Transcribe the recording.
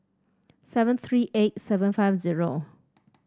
seven three eight seven five zero